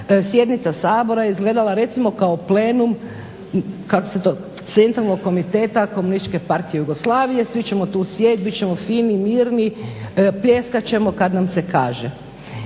sjednica Sabora izgledala recimo kao plenum Centralnog komiteta komunističke partije Jugoslavije. Svi ćemo tu sjediti, bit ćemo fini, mirni, pljeskat ćemo kad nam se kaže.